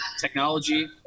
technology